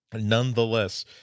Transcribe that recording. nonetheless